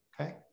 Okay